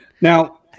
Now